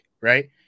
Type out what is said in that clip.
right